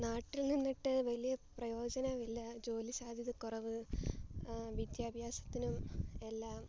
നാട്ടിൽ നിന്നിട്ട് വലിയ പ്രയോജനം ഇല്ല ജോലി സാദ്ധ്യത കുറവു വിദ്യാഭ്യാസത്തിനും എല്ലാം